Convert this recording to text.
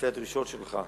לפי הדרישות שלך.